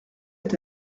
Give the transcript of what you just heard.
est